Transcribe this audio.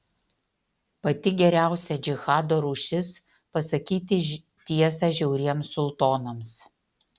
pati geriausia džihado rūšis pasakyti tiesą žiauriems sultonams